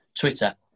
Twitter